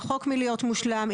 רחוק מלהיות מושלם,